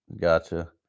Gotcha